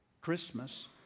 Christmas